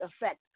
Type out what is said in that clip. effect